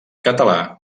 català